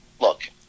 look